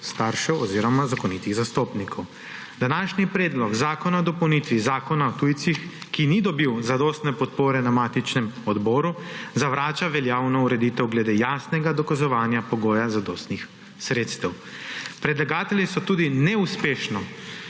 staršev oziroma zakonitih zastopnikov. Današnji Predlog zakona o dopolnitvi Zakona o tujcih, ki ni dobil zadostne podpore na matičnem odboru, zavrača veljavno ureditev glede jasnega dokazovanja pogoja zadostnih sredstev. Predlagatelji so tudi neuspešno